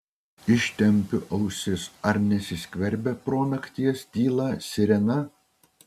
ištempiu ausis ar nesiskverbia pro nakties tylą sirena